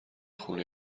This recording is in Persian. خونه